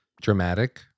dramatic